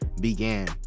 began